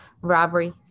robbery